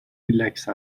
ریلکس